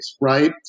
right